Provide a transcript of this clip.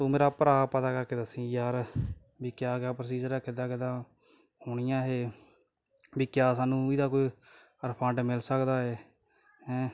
ਤੂੰ ਮੇਰਾ ਭਰਾ ਪਤਾ ਕਰਕੇ ਦੱਸੀ ਯਾਰ ਵੀ ਕਿਆ ਕਿਆ ਪਸੀਜਰ ਕਿੱਦਾਂ ਕਿੱਦਾਂ ਹੋਣੀ ਆ ਇਹ ਵੀ ਕਿਆ ਸਾਨੂੰ ਇਹਦਾ ਕੋਈ ਰਿਫੰਡ ਮਿਲ ਸਕਦਾ ਏ ਹੈਂ